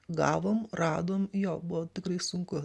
gavom radom jo buvo tikrai sunku